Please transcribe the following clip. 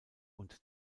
und